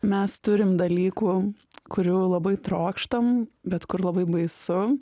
mes turim dalykų kurių labai trokštam bet kur labai baisu